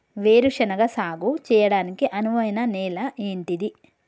వేరు శనగ సాగు చేయడానికి అనువైన నేల ఏంటిది?